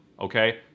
Okay